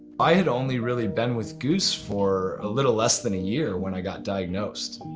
i had only really been with goose for a little less than a year when i got diagnosed.